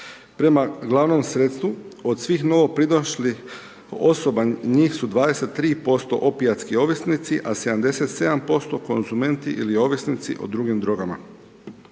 Prema glavnom sredstvu od svih novopridošlih osoba njih su 23% opijatski ovisnici a 77% konzumenti ili ovisnici o drugim drogama.